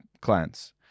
clients